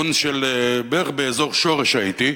בכיוון של, בערך באזור שורש הייתי.